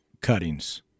cuttings